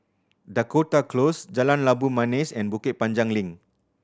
Dakota Close Jalan Labu Manis and Bukit Panjang Link